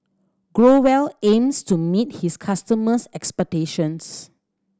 Growell aims to meet his customers' expectations